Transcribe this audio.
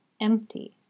empty